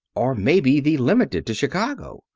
or, maybe, the limited to chicago.